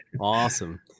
Awesome